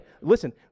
listen